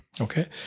okay